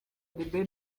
the